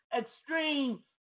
extreme